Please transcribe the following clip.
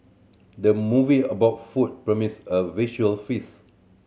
the movie about food promise a visual feast